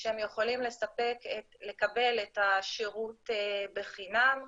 שהם יכולים לקבל את השירות בחינם,